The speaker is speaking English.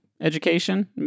education